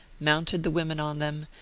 mounted the women on them,